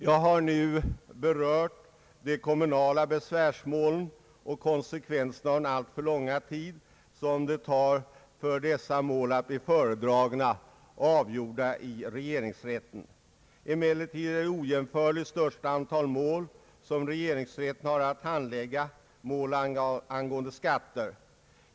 Jag har nu berört de kommunala besvärsmålen och konsekvenserna av den alltför långa tid det tar innan dessa mål blir föredragna och avgjorda i regeringsrätten. Emellertid är det ojämförligt största antal mål som regeringsrätten har att handlägga mål angående skatter.